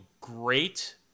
great